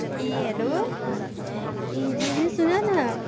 ए hello ए सुन न